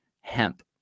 hemp